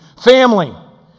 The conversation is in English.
family